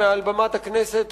מעל במת הכנסת,